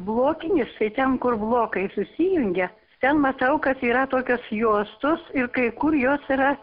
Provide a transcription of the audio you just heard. blokinis tai ten kur blokai susijungia ten matau kad yra tokios juostos ir kai kur jos yra